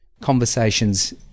Conversations